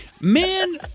Man